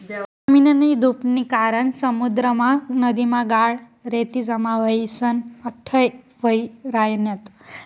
जमीननी धुपनी कारण समुद्रमा, नदीमा गाळ, रेती जमा व्हयीसन उथ्थय व्हयी रायन्यात